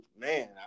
man